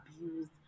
abused